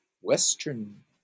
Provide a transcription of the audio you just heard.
Western